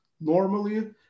normally